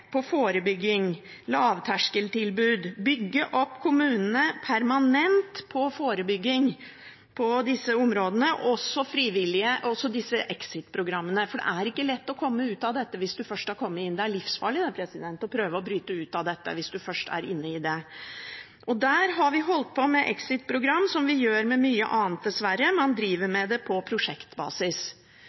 på forebygging, lavterskeltilbud, bygge opp kommunene permanent på forebygging på disse områdene, også frivillige og disse exit-programmene, for det er ikke lett å komme ut av dette hvis du først er kommet inn – det er livsfarlig å prøve å bryte ut av dette hvis du først er inne i det. Der har vi holdt på med exit-program, og, som vi gjør med mye annet dessverre, man driver med det på prosjektbasis.